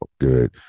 good